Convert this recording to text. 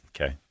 Okay